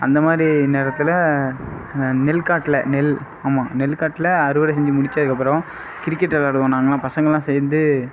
அந்த மாதிரி நேரத்தில் நெல்காட்டில் நெல் ஆமாம் நெல்காட்டில் அறுவடை செஞ்சு முடிச்சதுக்கப்புறம் கிரிக்கெட் விளாடுவோம் நாங்களெலாம் பசங்களாக சேர்ந்து